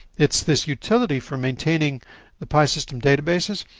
it's this utility for maintaining the pi system databases,